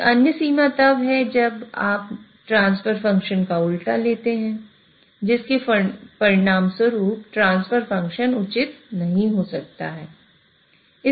एक अन्य सीमा तब है जब आप ट्रांसफर फ़ंक्शन का उलटा लेते हैं जिसके परिणामस्वरूप ट्रांसफर फ़ंक्शन उचित नहीं हो सकता है